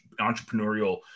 entrepreneurial